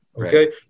okay